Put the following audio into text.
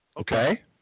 Okay